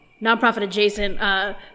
nonprofit-adjacent